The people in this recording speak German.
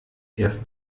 erst